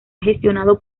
gestionado